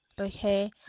okay